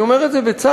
אני אומר את זה בצער,